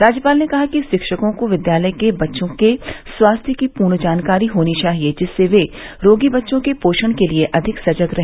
राज्यपाल ने कहा कि शिक्षकों को विद्यालय के बच्चों के स्वास्थ्य की पूर्ण जानकारी होनी चाहिये जिससे वे रोगी बच्चों के पो ाण के लिये अधिक सजग रहे